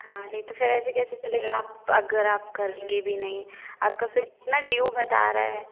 हाँ नहीं तो फिर ऐसे कैसे चलेगा आप अगर आप करेंगे भी नहीं आपका फिर कितना ड्यू बता रहा है